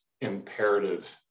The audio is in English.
imperative